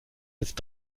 jetzt